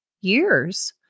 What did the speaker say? years